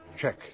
Check